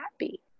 happy